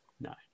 No